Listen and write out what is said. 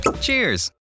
Cheers